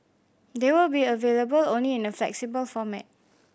they will be available only in a flexible format